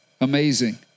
Amazing